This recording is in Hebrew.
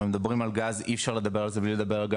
וכשמדברים על גז אי אפשר לדבר על זה בלי לדבר גם